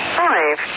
five